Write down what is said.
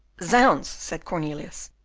zounds! said cornelius,